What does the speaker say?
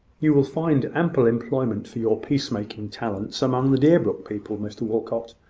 you will find ample employment for your peace-making talents among the deerbrook people, mr walcot,